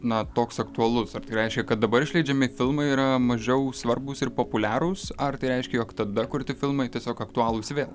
na toks aktualus ar tai reiškia kad dabar išleidžiami filmai yra mažiau svarbūs ir populiarūs ar tai reiškia jog tada kurti filmai tiesiog aktualūs vėl